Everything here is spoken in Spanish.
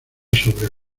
sobre